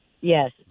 Yes